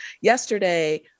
yesterday